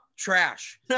Trash